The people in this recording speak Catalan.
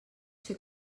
ser